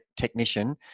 technician